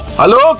Hello